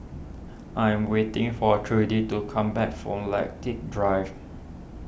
I am waiting for Trudi to come back from Lilac Drive